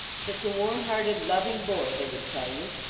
such a warm-hearted, loving boy, they would tell you.